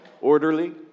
orderly